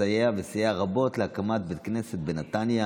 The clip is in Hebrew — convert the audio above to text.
מסייע וסייע רבות להקמת בית כנסת בנתניה,